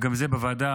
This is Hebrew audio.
שגם על זה דנו בוועדה,